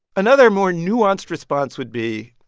another more nuanced response would be,